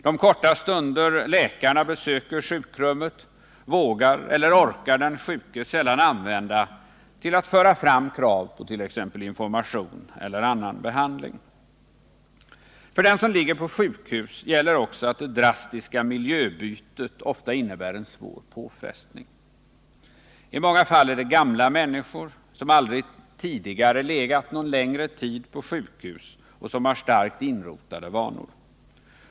De korta stunder läkarna besöker sjukrummet vågar eller orkar den sjuke sällan använda till att föra fram krav på t.ex. information eller annan behandling. För den som ligger på sjukhus gäller också att det drastiska miljöbytet ofta innebär en svår påfrestning. I många fall är det gamla människor som aldrig tidigare legat någon längre tid på sjukhus och som har starkt inrotade vanor.